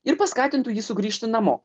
ir paskatintų jį sugrįžti namo